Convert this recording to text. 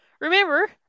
remember